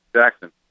Jackson